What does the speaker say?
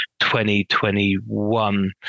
2021